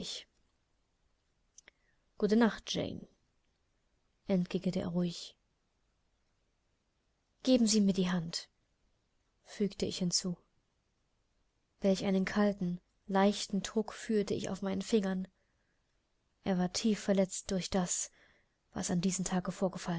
gute nacht jane entgegnete er ruhig geben sie mir die hand fügte ich hinzu welch einen kalten leichten druck fühlte ich auf meinen fingern er war tief verletzt durch das was an diesem tage